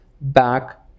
back